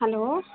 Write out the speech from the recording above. hello